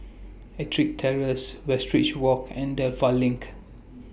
Ettrick Terrace Westridge Walk and Dedap LINK